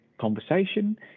conversation